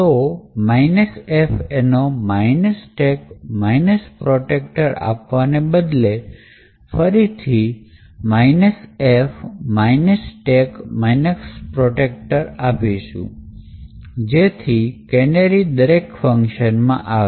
તો fno stack protector આપવાને બદલે ફરીથી f stack protector આપીશું કે જેથી કેનેરી દરેક ફંકશનમાં આવે